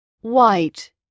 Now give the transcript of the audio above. White